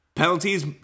Penalties